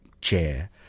chair